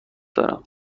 دارم